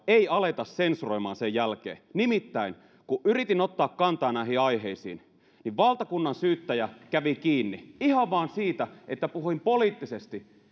ei aleta sensuroimaan sen jälkeen nimittäin kun yritin ottaa kantaa näihin aiheisiin niin valtakunnansyyttäjä kävi kiinni ihan vain siitä että puhuin poliittisesti